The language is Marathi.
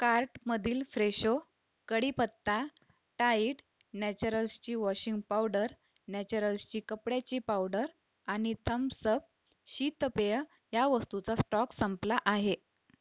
कार्टमधील फ्रेशो कढीपत्ता टाईड नॅचरल्सची वॉशिंग पावडर नॅचरल्सची कपड्याची पावडर आणि थम्सअप शीतपेय ह्या वस्तूचा स्टॉक संपला आहे